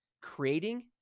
Creating